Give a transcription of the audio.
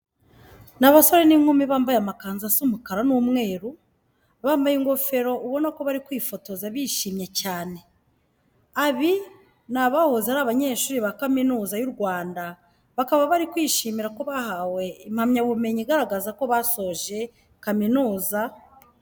Ni abasore n'inkumi bambaye amakanzu asa umukara n'umweru, bambaye ingofero ubona ko bari kwifotoza bishimye cyane. Abi ni abahoze ari abanyeshuri ba Kaminuza y'u Rwanda, bakaba bari kwishimira ko bahawe impamyabumenyu igaragaza ko basoje kaminuza.